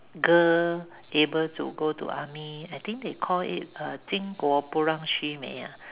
girl able to go to army I think they call it uh 巾帼不让须眉 ah